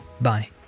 bye